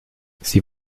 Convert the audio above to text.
sie